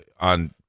on